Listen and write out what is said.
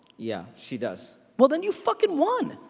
yeah, she does. well then you fucking won.